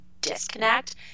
disconnect